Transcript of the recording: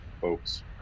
folks